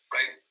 Right